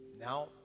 now